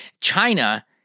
China